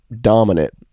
dominant